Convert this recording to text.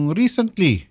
recently